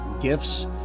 gifts